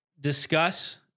discuss